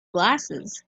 glasses